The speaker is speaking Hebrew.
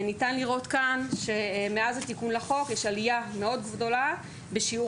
ניתן לראות כאן שמאז התיקון לחוק יש עלייה גדולה בשיעור